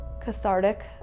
cathartic